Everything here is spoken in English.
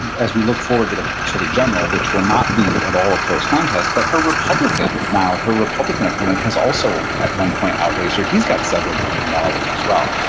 as we look forward to the to the general, which will not be at all a close contest, but her republican now her republican opponent has also at one point outraised her. he's got several million dollars as well.